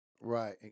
Right